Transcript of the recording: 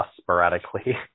sporadically